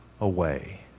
away